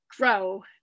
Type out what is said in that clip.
grow